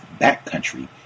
backcountry